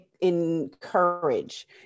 encourage